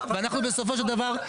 ואנחנו בסופו של דבר,